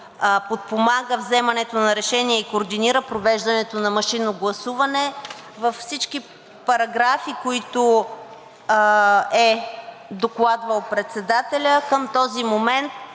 подпомага вземането на решения и координира провеждането на машинно гласуване във всички параграфи, които е докладвал председателят към този момент,